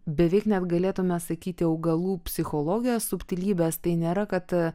beveik net galėtume sakyti augalų psichologijos subtilybes tai nėra kad